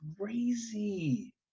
crazy